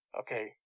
Okay